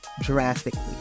drastically